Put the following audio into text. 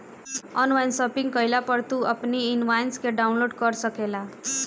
online shopping कईला पअ तू अपनी इनवॉइस के डाउनलोड कअ सकेला